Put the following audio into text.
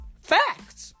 Facts